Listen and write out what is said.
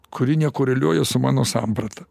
kuri nekoreliuoja su mano samprata